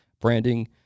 branding